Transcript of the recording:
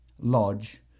Lodge